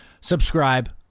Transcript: subscribe